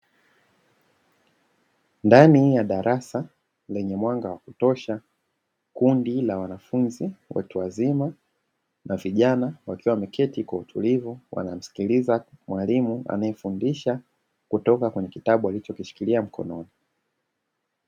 Ndani ya darasa lenye mwanga wa kutosha, kundi la wanafunzi watu wazima na vijana wakiwa wameketi kwa utulivu wanamsikiliza mwalimu anaefundisha kutoka kwenye kitabu alichokishikilia mkononi.